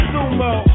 Sumo